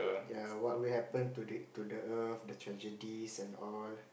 ya what will happen to the to the Earth the tragedies and all